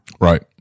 right